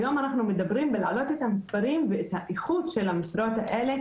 היום אנחנו מדברים בלהעלות את המספרים ואת האיכות של המשרות האלה,